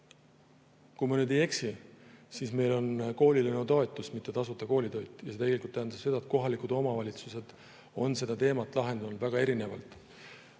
Kui ma nüüd ei eksi, siis meil on koolilõunatoetus, mitte tasuta koolitoit, ja see tähendab seda, et kohalikud omavalitsused on seda teemat lahendanud väga erinevalt.